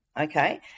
Okay